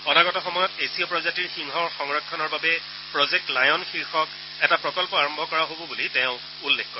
অনাগত সময়ত এছীয় প্ৰজাতিৰ সিংহৰ সংৰক্ষণৰ বাবে প্ৰজেক্ট লায়ন শীৰ্যক এটা প্ৰকল্প আৰম্ভ কৰা হ'ব বুলি তেওঁ উল্লেখ কৰে